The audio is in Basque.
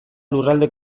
lurralde